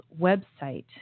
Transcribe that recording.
website